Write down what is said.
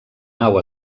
nau